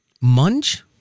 Munch